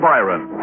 Byron